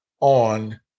on